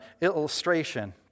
illustration